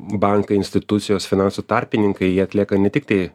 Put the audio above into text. bankai institucijos finansų tarpininkai jie atlieka ne tiktai